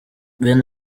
ben